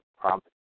prompt